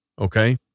okay